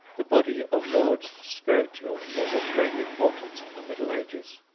the body of lords spiritual was of great importance in the middle ages.